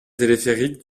téléphérique